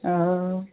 आं